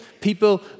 people